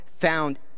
found